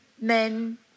men